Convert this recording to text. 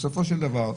בסופו של דבר,